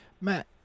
Matt